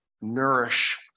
nourish